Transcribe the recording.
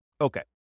Okay